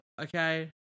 Okay